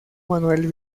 manuel